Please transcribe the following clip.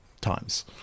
times